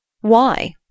Why